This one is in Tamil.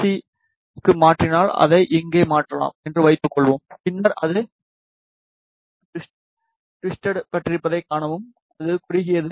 சிக்கு மாற்றினால் அதை இங்கே மாற்றலாம் என்று வைத்துக்கொள்வோம் பின்னர் அது டிவுஸ்ட்பட்டிருப்பதைக் காணவும் அது குறுகியது